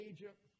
Egypt